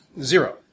Zero